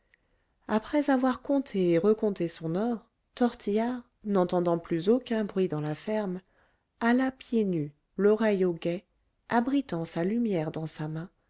après avoir compté et recompté son or tortillard n'entendant plus aucun bruit dans la ferme alla pieds nus l'oreille au guet abritant sa lumière dans sa main